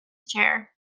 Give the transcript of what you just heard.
chair